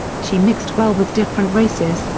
she mixed well with different races,